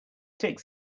takes